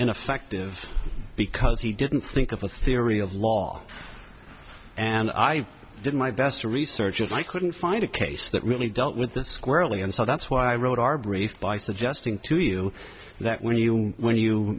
ineffective because he didn't think of a theory of law and i did my best to research if i couldn't find a case that really dealt with this squarely and so that's why i wrote our brief by suggesting to you that when you when you